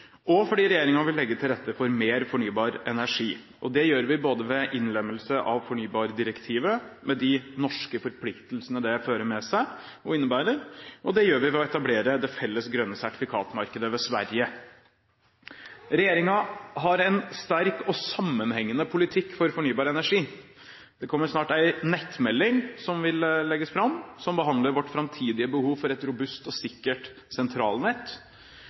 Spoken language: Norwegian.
og fordi regjeringen vil legge til rette for mer fornybar energi. Det gjør vi både ved innlemmelse av fornybardirektivet – med de norske forpliktelsene det fører med seg og innebærer – og ved å etablere det felles grønne sertifikatmarkedet med Sverige. Regjeringen har en sterk og sammenhengende politikk for fornybar energi. Det vil snart legges fram en nettmelding som behandler vårt framtidige behov for et robust og sikkert sentralnett.